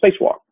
spacewalk